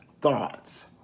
thoughts